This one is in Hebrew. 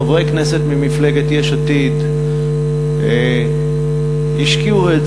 חברי כנסת ממפלגת יש עתיד השקיעו את